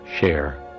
share